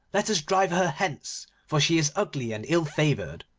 let us drive her hence, for she is ugly and ill favoured